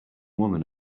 woman